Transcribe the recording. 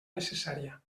necessària